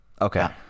Okay